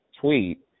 tweet